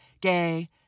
gay